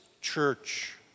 church